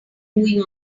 doing